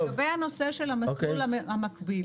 לגבי הנושא של המסלול המקביל.